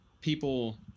people